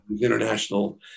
international